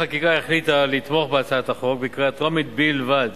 לתמוך בהצעת החוק בקריאה טרומית בלבד,